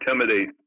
intimidate